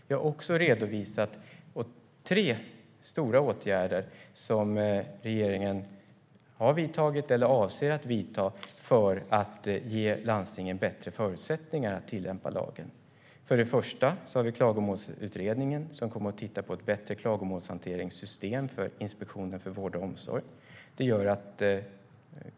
Jag har också redovisat tre stora åtgärder som regeringen har vidtagit eller avser att vidta för att ge landstingen bättre förutsättningar att tillämpa lagen. För det första har vi Klagomålsutredningen som kommer att titta på ett bättre klagomålshanteringssystem för Inspektionen för vård och omsorg.